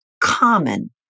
common